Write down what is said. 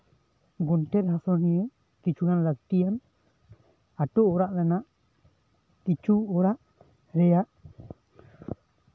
ᱜᱚᱱᱴᱷᱮᱲ ᱦᱟᱹᱥᱩ ᱨᱮ ᱠᱤᱪᱷᱩ ᱜᱟᱱ ᱞᱟᱹᱠᱛᱤᱭᱟᱱ ᱟᱛᱳ ᱚᱲᱟᱜ ᱨᱮᱱᱟᱜ ᱠᱤᱪᱷᱩ ᱚᱲᱟᱜ ᱨᱮᱭᱟᱜ